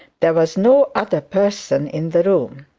there was no other person in the room.